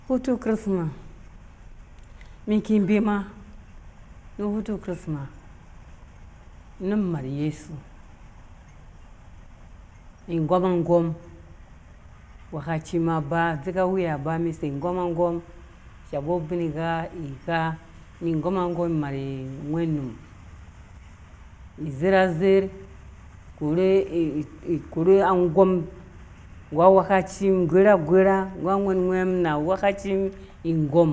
Hutu krisima miki bema na hutu krisima num imarh yesu igomagom anghwe kaci ma ba dze ka wiya aba mɛn sei gomagom shabu bingha igha nu gomagom imarh ngwhenum izher azher korhe korhe angom gu anghwe kaci gorhagorha ngu angwhenwhe mum na anghwɛkaci mum igɔm